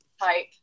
type